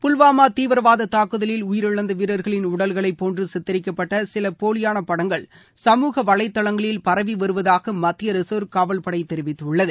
புல்வாமா தீவிரவாத தாக்குதலில் உயிரிழந்த வீரர்களின் உடல்களை போன்று சித்தரிக்கப்பட்ட சில போலியான படங்கள் சமூகவலைதளங்களில் பரவி வருவதாக மத்திய ரிசர்வ் காவல்பளட தெரிவித்துள்ளது